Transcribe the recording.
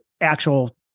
actual